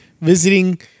Visiting